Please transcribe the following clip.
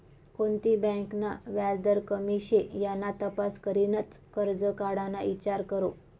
कोणती बँक ना व्याजदर कमी शे याना तपास करीनच करजं काढाना ईचार करो